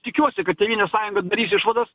tikiuosi kad tėvynės sąjunga darys išvadas